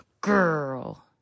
girl